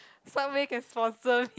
subway can sponsor